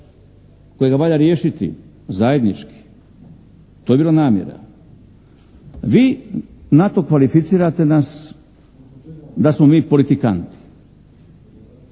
kojega valja riješiti zajednički. To je bila namjera. A vi na to, kvalificirate nas da smo mi politikanti.